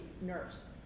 Nurse